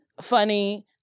funny